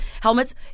helmets